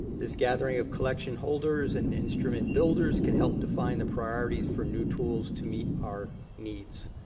this gathering of collection holders and instrument builders can help define the priorities for new tools to meet our needs.